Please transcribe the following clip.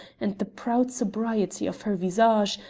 and the proud sobriety of her visage,